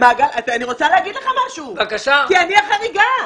רוצה לומר לך שאני החריגה.